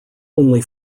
only